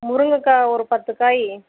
முருங்கைக்கா ஒரு பத்து காய்